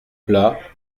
plat